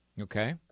Okay